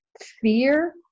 fear